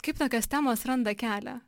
kaip tokios temos randa kelią